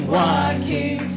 walking